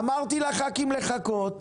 אמרתי לח"כים לחכות.